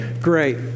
great